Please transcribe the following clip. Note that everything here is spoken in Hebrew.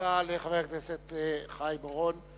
תודה לחבר הכנסת חיים אורון.